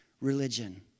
religion